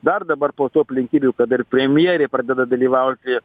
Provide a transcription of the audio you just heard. dar dabar po tų aplinkybių kad ir premjerė pradeda dalyvauti